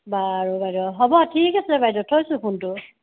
বাৰু হ'ব ঠিক আছে বাইদেউ থৈছোঁ ফোনটো